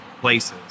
places